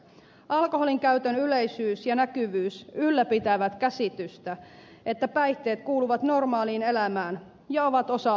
alkoholinkäytön yleisyys ja näkyvyys ylläpitävät käsitystä että päihteet kuuluvat normaaliin elämään ja ovat osa aikuistumista